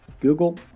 Google